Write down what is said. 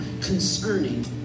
concerning